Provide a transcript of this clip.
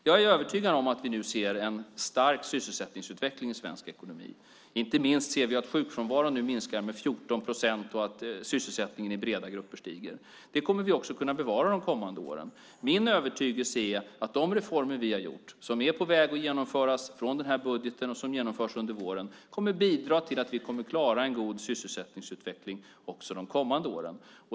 Jag är övertygad om att vi nu ser en stark sysselsättningsutveckling i svensk ekonomi. Inte minst ser vi att sjukfrånvaron nu minskar med 14 procent och att sysselsättningen i breda grupper stiger. Det kommer vi också att kunna bevara under de kommande åren. Min övertygelse är att de reformer som vi har fattat beslut om i denna budget och som är på väg att genomföras under våren kommer att bidra till att vi kommer att klara en god sysselsättningsutveckling också under de kommande åren.